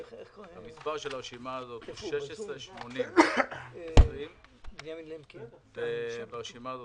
מספר הרשימה הזאת הוא 16-80-20. ברשימה הזאת